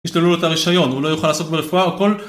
מי ששללו לו את הרישיון, הוא לא יוכל לעשות ברפואה וכל...